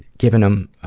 giving em